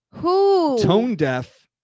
tone-deaf